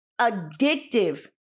addictive